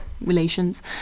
relations